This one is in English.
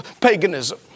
paganism